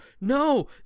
no